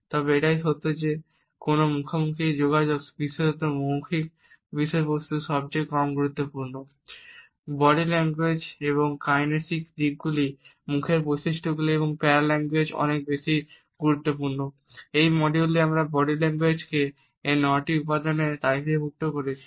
তবে এটাই সত্য যে কোনও মুখোমুখি যোগাযোগ বিশেষত মৌখিক বিষয়বস্তু সবচেয়ে কম এই মডিউলে আমি বডি ল্যাঙ্গুয়েজ এর 9 টি উপাদান তালিকাভুক্ত করছি